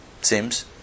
seems